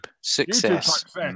success